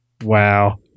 Wow